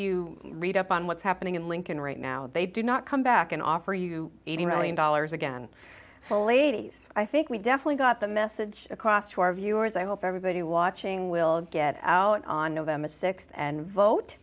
you read up on what's happening in lincoln right now they did not come back and offer you eighty million dollars again ole days i think we definitely got the message across to our viewers i hope everybody watching will get out on november sixth and vote